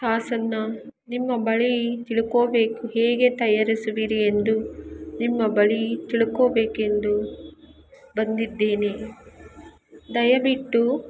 ಸಾಸನ್ನು ನಿಮ್ಮ ಬಳಿ ತಿಳ್ಕೋಬೇಕು ಹೇಗೆ ತಯಾರಿಸುವಿರಿ ಎಂದು ನಿಮ್ಮ ಬಳಿ ತಿಳ್ಕೋಬೇಕೆಂದು ಬಂದಿದ್ದೀನಿ ದಯವಿಟ್ಟು